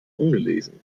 ungelesen